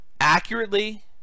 accurately